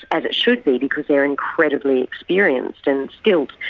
as it should be, because they are incredibly experienced and skilled.